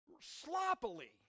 sloppily